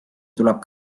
tuleb